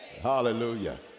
Hallelujah